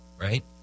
right